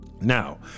Now